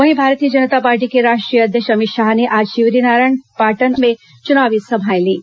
वहीं भारतीय जनता पार्टी के राष्ट्रीय अध्यक्ष अमित शाह ने आज शिवरीनारायण और पाटन में चुनावी सभाएं लीं